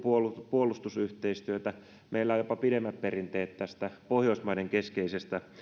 puolustusyhteistyötä mutta meillä on jopa pidemmät perinteet tästä pohjoismaiden